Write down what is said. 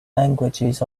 languages